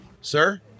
Sir